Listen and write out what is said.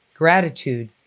Gratitude